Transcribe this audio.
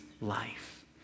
life